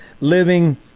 living